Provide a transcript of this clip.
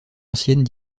anciennes